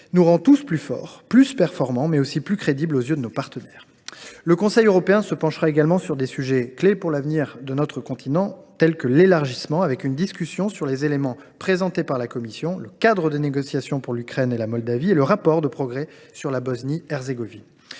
nous rend tous plus forts, plus performants, mais aussi plus crédibles aux yeux de nos partenaires. Le Conseil européen se penchera également sur des sujets clés pour l’avenir de notre continent tels que l’élargissement, avec une discussion sur les éléments présentés par la Commission, le cadre de négociations pour l’Ukraine et la Moldavie et le rapport de progrès sur la Bosnie Herzégovine.